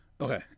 Okay